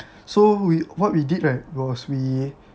so we what we did right was we